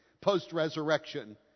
post-resurrection